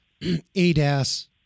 ADAS